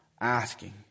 asking